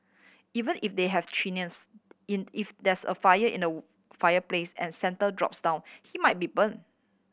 even if they have chimneys in if there's a fire in the fireplace and Santa drops down he might be burnt